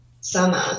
summer